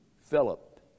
Philip